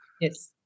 Yes